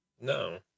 No